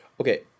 Okay